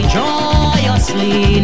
joyously